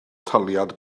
taliad